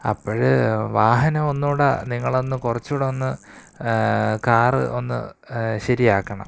അപ്പോള് വാഹനം ഒന്നുകൂടെ നിങ്ങളൊന്ന് കുറച്ചൂടൊന്ന് കാര് ഒന്ന് ശരിയാക്കണം